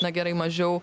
na gerai mažiau